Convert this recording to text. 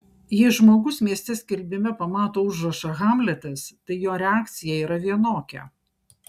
jei žmogus mieste skelbime pamato užrašą hamletas tai jo reakcija yra vienokia